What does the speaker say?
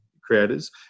creators